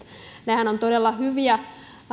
nehän ovat todella hyviä